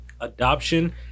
Adoption